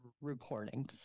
reporting